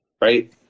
right